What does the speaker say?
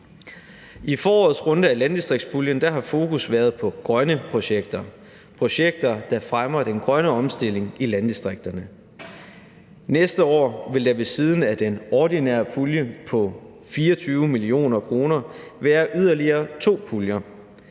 I forårets runde af landdistriktspuljen har fokus været på grønne projekter – projekter, der fremmer den grønne omstilling i landdistrikterne. Næste år vil der ved siden af den ordinære pulje på 24 mio. kr. være yderligere to puljer.